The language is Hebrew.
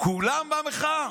כולם במחאה?